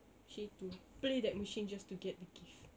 she need to play that machine just to get the gift